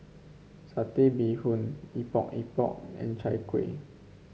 Satay Bee Hoon Epok Epok and Chai Kueh